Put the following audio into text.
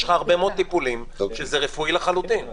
והרבה מאוד טיפולים שהם רפואיים לחלוטין.